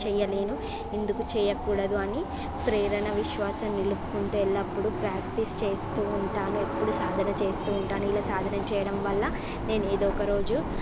చేయలేను ఎందుకు చేయకూడదు అని ప్రేరణ విశ్వాసం నిలుపుకుంటే ఎల్లప్పుడు ప్రాక్టీస్ చేస్తూ ఉంటాను ఎప్పుడు సాధన చేస్తూ ఉంటాను ఇలా సాధన చేయడంవల్ల నేను ఏదొకరోజు